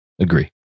Agree